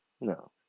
no